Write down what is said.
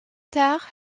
tard